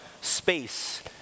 space